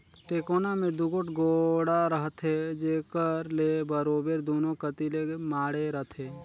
टेकोना मे दूगोट गोड़ा रहथे जेकर ले बरोबेर दूनो कती ले माढ़े रहें